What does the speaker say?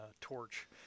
torch